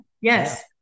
Yes